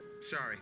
Sorry